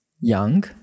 young